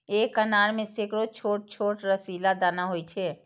एक अनार मे सैकड़ो छोट छोट रसीला दाना होइ छै